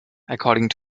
according